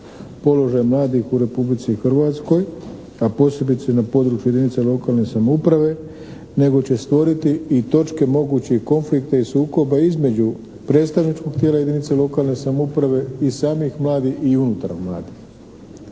položaj mladih u Republici Hrvatskoj, a posebice na području jedinica lokalne samouprave nego će stvoriti i točke mogućih konflikta i sukoba između predstavničkog tijela jedinice lokalne samouprave i samih mladih i unutar mladih.